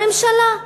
והממשלה,